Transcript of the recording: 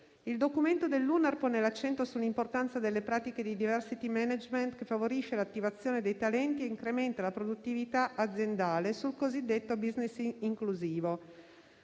Il documento dell'UNAR pone l'accento sull'importanza delle pratiche di *diversity management*, favorisce l'attivazione dei talenti e incrementa la produttività aziendale sul cosiddetto *business* inclusivo.